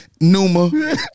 Numa